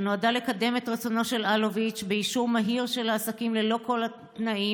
שנועדה לקדם את רצונו של אלוביץ' באישור מהיר של העסקה ללא כל תנאים,